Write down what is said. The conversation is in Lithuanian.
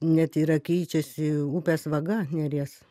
net yra keičiasi upės vaga neries